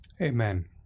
amen